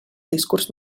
discurs